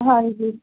ਹਾਂਜੀ